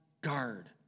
guard